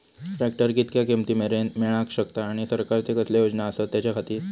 Tractor कितक्या किमती मरेन मेळाक शकता आनी सरकारचे कसले योजना आसत त्याच्याखाती?